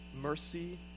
mercy